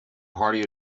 party